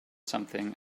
something